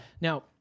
Now